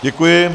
Děkuji.